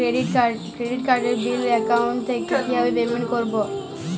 Credit কার্ডের bill account থেকে কিভাবে পেমেন্ট করবো?